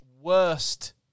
worst